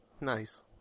Nice